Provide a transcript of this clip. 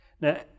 Now